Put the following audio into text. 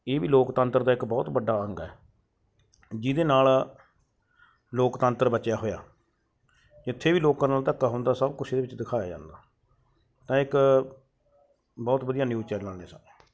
ਇਹ ਵੀ ਲੋਕਤੰਤਰ ਦਾ ਇੱਕ ਬਹੁਤ ਵੱਡਾ ਅੰਗ ਹੈ ਜਿਹਦੇ ਨਾਲ ਲੋਕਤੰਤਰ ਬਚਿਆ ਹੋਇਆ ਜਿੱਥੇ ਵੀ ਲੋਕਾਂ ਨਾਲ ਧੱਕਾ ਹੁੰਦਾ ਸਭ ਕੁਛ ਇਹਦੇ ਵਿੱਚ ਦਿਖਾਇਆ ਜਾਂਦਾ ਤਾਂ ਇੱਕ ਬਹੁਤ ਵਧੀਆ ਨਿਊਜ਼ ਚੈਨਲ ਨੇ ਸਾਰੇ